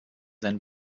seinen